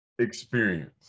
experience